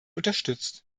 unterstützt